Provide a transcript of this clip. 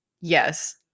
yes